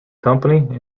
company